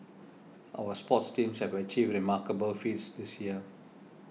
our sports teams have achieved remarkable feats this year